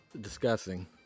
discussing